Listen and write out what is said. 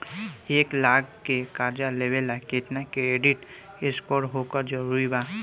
एक लाख के कर्जा लेवेला केतना क्रेडिट स्कोर होखल् जरूरी बा?